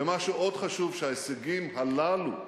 ומה שעוד חשוב, שההישגים הללו,